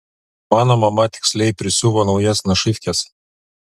mano mama tiksliai prisiuvo naujas našyvkes